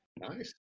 nice